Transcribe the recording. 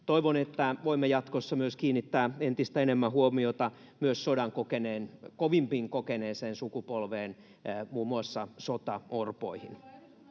Toivon, että voimme jatkossa myös kiinnittää entistä enemmän huomiota myös sodan kovimmin kokeneeseen sukupolveen, muun muassa sotaorpoihin.